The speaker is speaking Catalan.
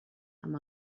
amb